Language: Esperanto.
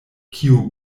kiu